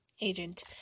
agent